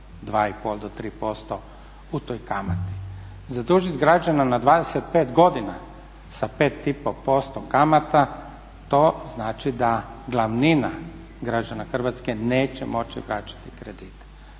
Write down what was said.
2,5 do 3% u toj kamati. Zadužiti građanina na 25 godina sa 5,5% kamata to znači da glavnina građana Hrvatske neće moći vraćati kredite.